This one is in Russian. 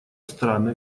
страны